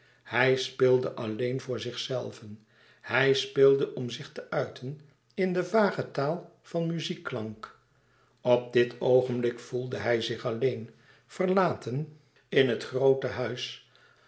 hij speelde alleen voor zichzelven hij speelde om zich te uiten in de vage taal van muziekklank op dit oogenblik voelde hij zich alleen verlaten in het groote huis